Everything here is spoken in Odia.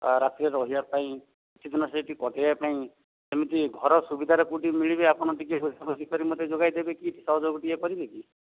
ରାତିରେ ରହିବା ପାଇଁ କିଛିଦିନ ସେଠି କଟେଇବା ପାଇଁ ସେମିତି ଘର ସୁବିଧାରେ କୋଉଠି ମିଳିବ ଆପଣ ଟିକେ ବୁଝିକରି ମୋତେ ଯୋଗାଇ ଦେବେକି ସହଯୋଗ ଟିକେ କରିବେକି